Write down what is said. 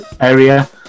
area